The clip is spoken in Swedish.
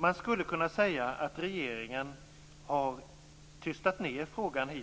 Man skulle kunna säga att regeringen hittills har tystat ned frågan